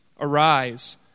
Arise